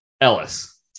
Ellis